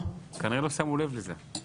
כנראה לא שמו לב לזה.